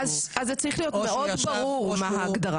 או שהוא ישב --- אז זה צריך להיות מאוד ברור מה ההגדרה.